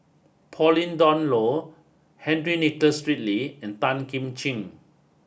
Pauline Dawn Loh Henry Nicholas Ridley and Tan Kim Ching